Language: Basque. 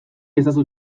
ezazu